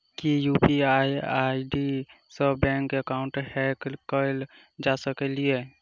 की यु.पी.आई आई.डी सऽ बैंक एकाउंट हैक कैल जा सकलिये?